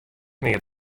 neat